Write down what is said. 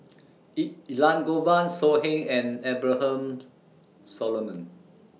E Elangovan So Heng and Abraham Solomon